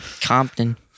Compton